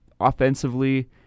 Offensively